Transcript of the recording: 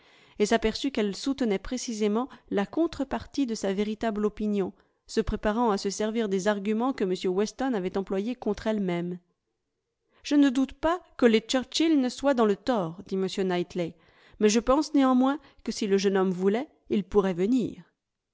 et s'aperçut qu'elle soutenait précisément la contre-partie de sa véritable opinion se préparant à se servir des arguments que m weston avait employés contre elle-même je ne doute pas que les churchill ne soient dans le tort dit m knightley mais je pense néanmoins que si le jeune homme voulait il pourrait venir